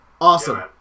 Awesome